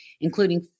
including